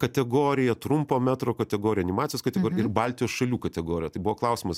kategorija trumpo metro kategorija animacijos kategorija ir baltijos šalių kategorija tai buvo klausimas